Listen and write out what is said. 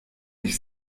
ich